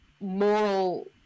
moral